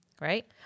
Right